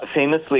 famously